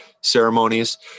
ceremonies